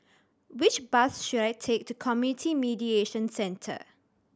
which bus should I take to Community Mediation Centre